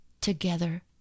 together